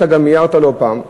ואתה גם הערת לא פעם.